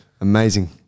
Amazing